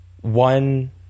one